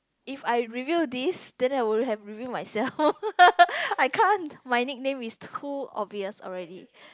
if I reveal this then I would have reveal myself I can't my nickname is too obvious already